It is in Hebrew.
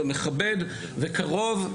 מכבד וקרוב.